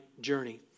journey